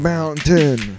Mountain